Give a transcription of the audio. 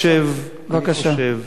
אדוני היושב-ראש, אני חושב